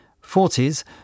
forties